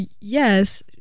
yes